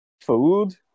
Food